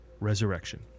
Resurrection